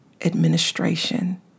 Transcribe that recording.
administration